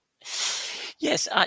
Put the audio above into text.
Yes